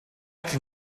can